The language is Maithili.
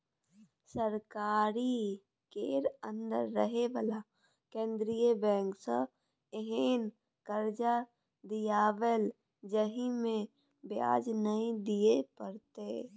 सरकारी केर अंदर रहे बला केंद्रीय बैंक सँ एहेन कर्जा दियाएब जाहिमे ब्याज नै दिए परतै